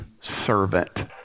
servant